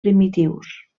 primitius